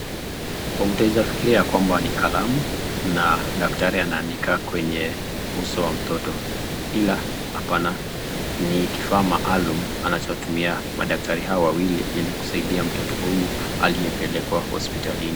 Utaweza fikiria kwamba ni kalamu na daktari anaandika kwenye uso wa mtoto ila hapana, ni kifaa maalum anachotumia madaktari hawa wawili ili kusaidia mtoto huyu aliyepelekwa hospitalini.